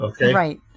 Right